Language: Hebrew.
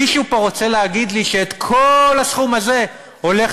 מישהו פה רוצה להגיד לי שכל הסכום הזה הולך